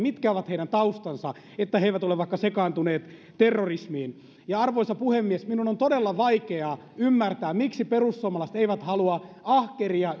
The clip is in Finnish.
mitkä ovat heidän taustansa että he eivät ole vaikka sekaantuneet terrorismiin arvoisa puhemies minun on todella vaikeaa ymmärtää miksi perussuomalaiset eivät halua ahkeria